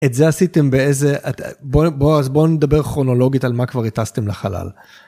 את זה עשיתם באיזה, אז בואו נדבר כרונולוגית על מה כבר הטסתם לחלל.